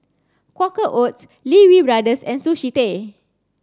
Quaker Oats Lee Wee Brothers and Sushi Tei